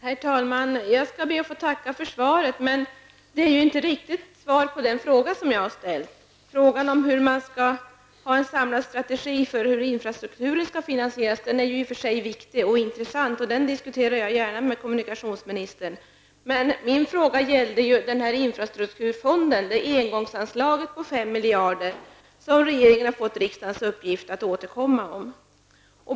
Herr talman! Jag ber att få tacka för svaret, men det är inte riktigt svar på den fråga som jag har ställt. Frågan om en samlad strategi för hur infrastrukturen skall finansieras är i och för sig viktig och intressant, och den diskuterar jag gärna med kommunikationsministern. Men min fråga gällde infrastrukturfonden, engångsanslaget på 5 miljarder som regeringen har fått riksdagens uppdrag att återkomma om.